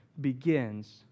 begins